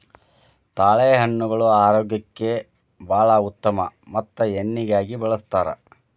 ತಾಳೆಹಣ್ಣುಗಳು ಆರೋಗ್ಯಕ್ಕೆ ಬಾಳ ಉತ್ತಮ ಮತ್ತ ಎಣ್ಣಿಗಾಗಿ ಬಳ್ಸತಾರ